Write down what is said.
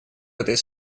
этой